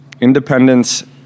Independence